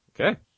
Okay